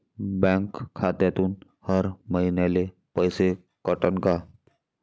Bank खात्यातून हर महिन्याले पैसे कटन का?